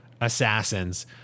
assassins